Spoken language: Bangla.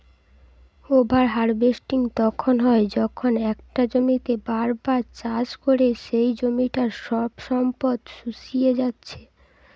ওভার হার্ভেস্টিং তখন হয় যখন একটা জমিতেই বার বার চাষ করে সেই জমিটার সব সম্পদ শুষিয়ে জাত্ছে